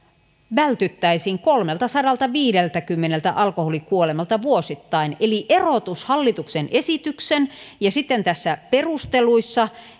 vältyttäisiin kolmeltasadaltaviideltäkymmeneltä alkoholikuolemalta vuosittain eli erotus hallituksen esityksen ja tässä perusteluissa